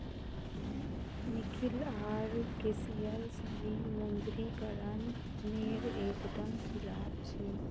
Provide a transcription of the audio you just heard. Nikhil R Kislay विमुद्रीकरण नेर एक दम खिलाफ छे